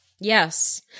Yes